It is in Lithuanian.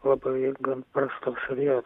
labai gan prastos savijau